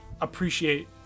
appreciate